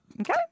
Okay